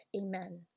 Amen